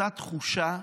אותה תחושה,